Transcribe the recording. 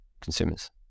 consumers